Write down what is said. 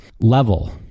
level